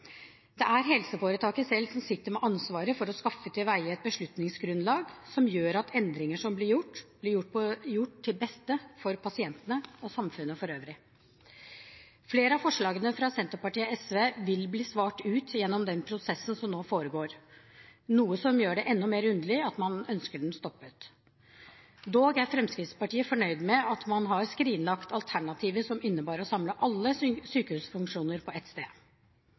Det er helseforetaket selv som sitter med ansvaret for å skaffe tilveie et beslutningsgrunnlag som gjør at endringer som blir gjort, blir gjort til beste for pasientene og samfunnet for øvrig. Flere av forslagene fra Senterpartiet og SV vil bli svart på gjennom den prosessen som nå foregår, noe som gjør det enda mer underlig at man ønsker den stoppet. Dog er Fremskrittspartiet fornøyd med at man har skrinlagt alternativet som innebar å samle alle sykehusfunksjoner på ett sted.